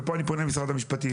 ופה אני פונה למשרד המשפטים.